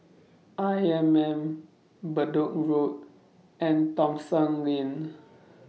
I M M Bedok Road and Thomson Lane